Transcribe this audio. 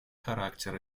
характер